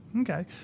Okay